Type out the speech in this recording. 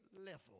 level